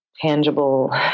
tangible